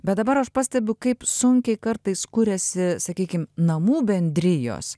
bet dabar aš pastebiu kaip sunkiai kartais kuriasi sakykim namų bendrijos